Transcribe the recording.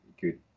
good